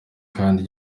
kandi